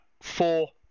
four